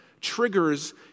triggers